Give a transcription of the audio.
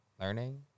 learning